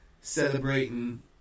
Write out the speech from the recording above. celebrating